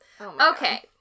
okay